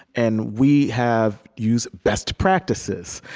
and we have used best practices,